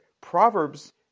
Proverbs